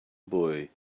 boy